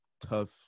tough